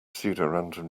pseudorandom